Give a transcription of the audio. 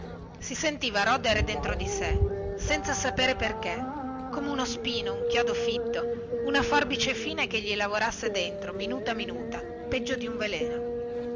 si sentiva qualcosa dentro di sè senza sapere perchè come uno spino come un chiodo come una forbice che gli lavorasse internamente minuta minuta come un veleno